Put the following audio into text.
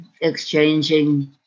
exchanging